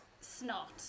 snot